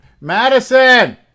Madison